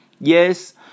yes